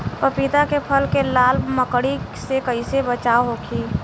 पपीता के फल के लाल मकड़ी से कइसे बचाव होखि?